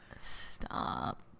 Stop